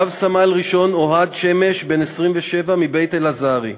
רב-סמל ראשון אוהד שמש, בן 27, מבית-אלעזרי,